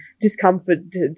discomforted